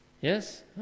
Yes